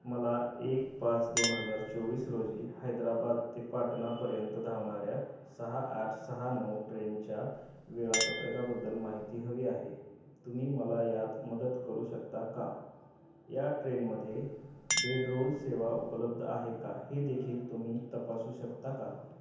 मला एक पाच दोन हजार चोवीस रोजी हैद्राबाद ते पाटणापर्यंत धावणाऱ्या सहा आठ सहा नऊ ट्रेनच्या वेळापत्रकाबद्दल माहिती हवी आहे तुम्ही मला यात मदत करू शकता का या ट्रेनमध्ये बेडरोल सेवा उपलब्ध आहे का हे देखील तुम्ही तपासू शकता का